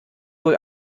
wohl